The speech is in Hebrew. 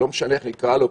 לא משנה איך נקרא לו,